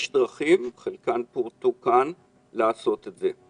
יש דרכים לעשות את זה.